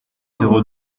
zéro